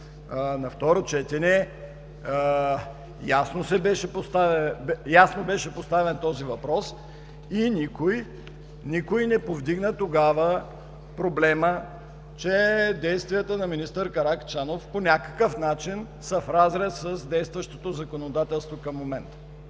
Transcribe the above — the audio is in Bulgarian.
на второ четене ясно беше поставен този въпрос и тогава никой не повдигна проблема, че действията на министър Каракачанов по някакъв начин са в разрез с действащото законодателство към момента.